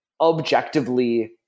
objectively